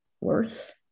worth